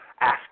ask